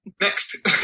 Next